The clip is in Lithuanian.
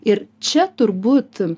ir čia turbūt